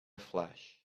flash